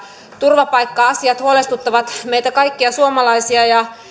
turvapaikka asiat huolestuttavat meitä kaikkia suomalaisia ja